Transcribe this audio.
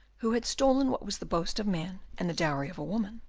who had stolen what was the boast of man, and the dowry of a woman,